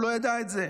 הוא לא ידע את זה.